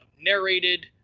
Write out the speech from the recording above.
narrated